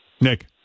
Nick